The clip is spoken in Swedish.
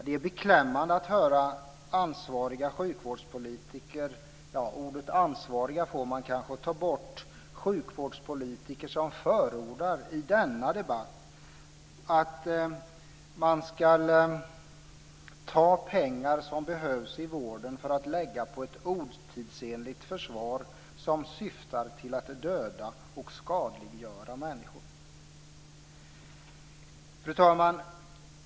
Det är beklämmande att höra ansvariga sjukvårdspolitiker - ordet ansvariga får man kanske ta bort - i denna debatt förorda att man ska ta pengar som behövs i vården och lägga på ett otidsenligt försvar som syftar till att döda och skada människor. Fru talman!